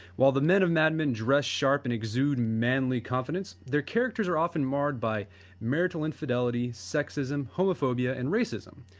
while the men of mad men dressed sharp and exude manly confidence, their characters are often marred by marital infidelity, sexism, homophobia and racism.